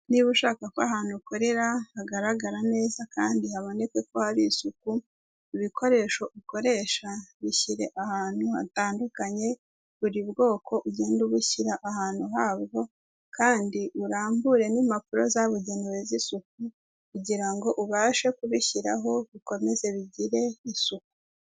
Niba ushaka ko ahantu ukorera hagaragara neza kandi haboneka ko hari isuku, ibikoresho ukoresha bishyire ahantu hatandukanye, buri bwoko ugende ubushyira ahantu habwo kandi urambure n'impapuro zabugenewe z'isuku kugira ngo ubashe kubishyiraho, bikomeze bigire isuku.